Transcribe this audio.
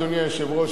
אדוני היושב-ראש,